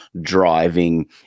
driving